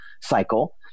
cycle